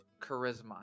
charisma